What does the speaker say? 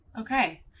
Okay